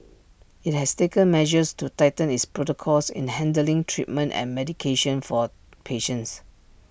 IT has taken measures to tighten its protocols in handling treatment and medication for patients